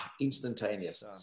instantaneous